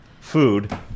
food